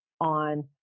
on